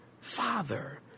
father